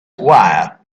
wire